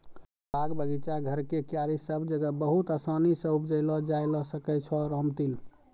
बाग, बगीचा, घर के क्यारी सब जगह बहुत आसानी सॅ उपजैलो जाय ल सकै छो रामतिल